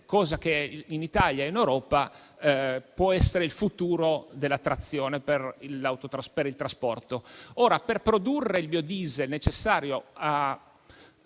che in Italia e in Europa può essere il futuro dell'attrazione per il trasporto. Tuttavia, per produrre il biodiesel necessario a